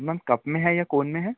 ma'am cup में है या कोन में है